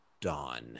dawn